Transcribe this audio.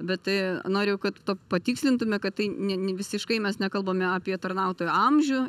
bet tai noriu kad patikslintume kad tai ne visiškai mes nekalbame apie tarnautojo amžių